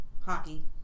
Hockey